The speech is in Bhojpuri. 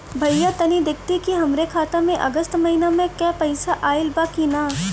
भईया तनि देखती की हमरे खाता मे अगस्त महीना में क पैसा आईल बा की ना?